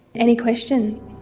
any questions?